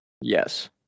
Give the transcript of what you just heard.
Yes